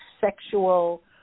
sexual